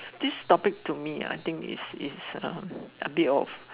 this topic to me I think is is uh a bit off